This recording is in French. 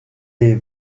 des